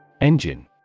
Engine